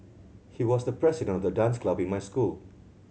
he was the president of the dance club in my school